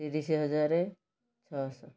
ତିରିଶ ହଜାର ଛଅଶହ